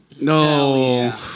No